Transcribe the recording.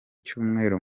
cyumweru